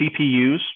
CPUs